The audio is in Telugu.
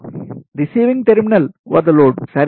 రిసీవింగ్ టెర్మినల్స్ గ్రహించే ప్రదేశములు వద్ద లోడ్ సరే